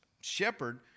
shepherd